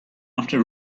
after